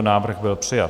Návrh byl přijat.